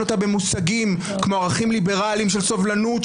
אותה במושגים כמו ערכים ליברליים של סובלנות,